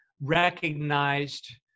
recognized